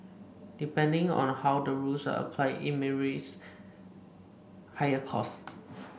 depending on how the rules are applied it may race higher cost